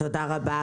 תודה רבה,